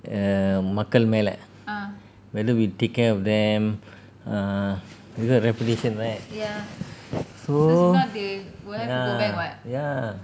err மக்கள் மேல:makkal mela whether we take care of them err you got reputation right so ya ya